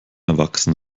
erwachsen